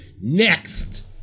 Next